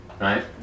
Right